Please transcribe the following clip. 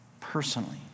personally